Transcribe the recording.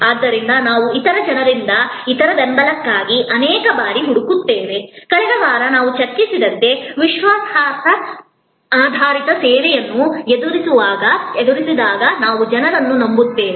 ಆದ್ದರಿಂದ ನಾವು ಇತರ ಜನರಿಂದ ಇತರ ಬೆಂಬಲಕ್ಕಾಗಿ ಅನೇಕ ಬಾರಿ ಹುಡುಕುತ್ತೇವೆ ಕಳೆದ ವಾರ ನಾವು ಚರ್ಚಿಸಿದಂತೆ ವಿಶ್ವಾಸಾರ್ಹತೆ ಆಧಾರಿತ ಸೇವೆಯನ್ನು ಎದುರಿಸಿದಾಗ ನಾವು ಜನರನ್ನು ನಂಬುತ್ತೇವೆ